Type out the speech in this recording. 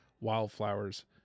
wildflowers